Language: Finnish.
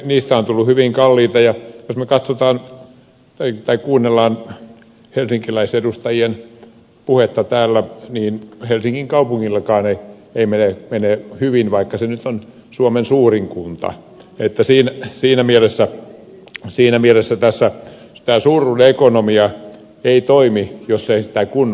niistä on tullut hyvin kalliita ja jos me kuuntelemme helsinkiläisedustajien puhetta täällä niin helsingin kaupungillakaan ei mene hyvin vaikka se nyt on suomen suurin kunta että siinä mielessä tässä tämä suuruuden ekonomia ei toimi jos ei sitä kunnolla hoideta